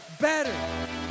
better